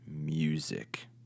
music